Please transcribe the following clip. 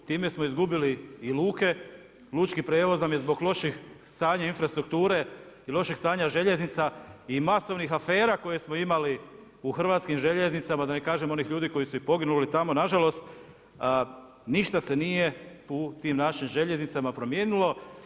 Time smo izgubili i luke, lučki prijevoz nam je zbog loših stanja infrastrukture i loših stanja željeznica i masovnih afera koje smo imali u HŽ, da ne kažem onih ljudi koji su i poginuli tamo, nažalost, ništa se nije u tim našim željeznicama promijenilo.